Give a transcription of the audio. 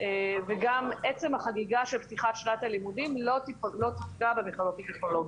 וגם עצם החגיגה של פתיחת שנת הלימודים לא תפגע במכללות הטכנולוגיות.